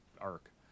arc